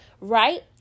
right